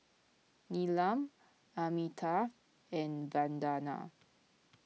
Neelam Amitabh and Vandana